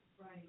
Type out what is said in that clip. Right